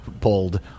pulled